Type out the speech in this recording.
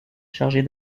chargée